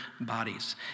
bodies